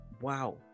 wow